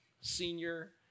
senior